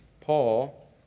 Paul